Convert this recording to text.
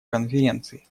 конференции